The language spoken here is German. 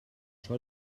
schau